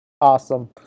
Awesome